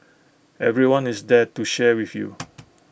everyone is there to share with you